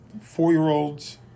four-year-olds